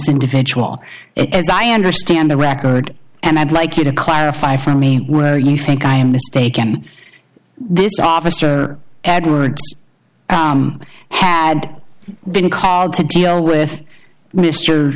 individual it as i understand the record and i'd like you to clarify for me were you think i am mistaken this officer edwards had been called to deal with mister